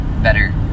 better